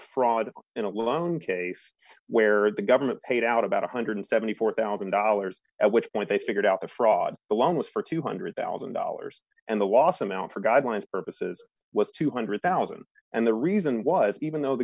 fraud in a loan case where the government paid out about one hundred and seventy four thousand dollars at which point they figured out the fraud along was for two hundred thousand dollars and the loss amount for guidelines purposes was two hundred thousand dollars and the reason was even though the